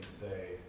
say